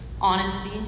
honesty